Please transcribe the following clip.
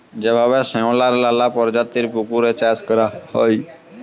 যেভাবে শেঁওলার লালা পরজাতির পুকুরে চাষ ক্যরা হ্যয়